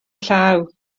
llaw